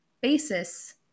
basis